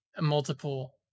multiple